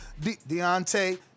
Deontay